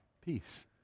peace